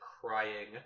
crying